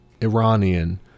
iranian